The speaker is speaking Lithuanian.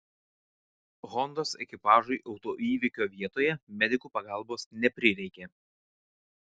hondos ekipažui autoįvykio vietoje medikų pagalbos neprireikė